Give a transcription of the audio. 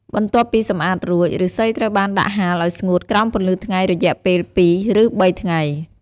បន្ទាប់ពីសម្អាតរួច ឫស្សីត្រូវបានដាក់ហាលឲ្យស្ងួតក្រោមពន្លឺថ្ងៃរយៈពេលពីរ ឬបីថ្ងៃ។